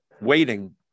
waiting